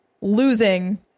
losing